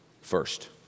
First